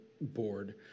board